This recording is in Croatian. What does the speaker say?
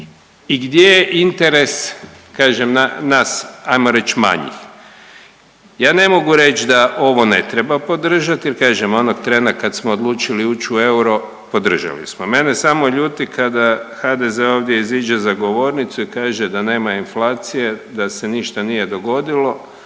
i gdje je interes kažem nas manjih. Ja ne mogu reć da ovo ne treba podržati jer kažem onog trena kad smo odlučili uć u euro podržali smo. Mene samo ljuti kada HDZ ovdje iziđe za govornicu i kaže da nema inflacije i da se ništa nije dogodilo.